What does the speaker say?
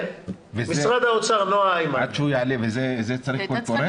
עד שמשרד האוצר יעלה, הפיילוט צריך קול קורא?